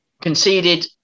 conceded